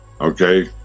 okay